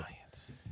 science